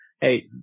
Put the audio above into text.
hey